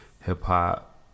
hip-hop